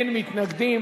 אין מתנגדים.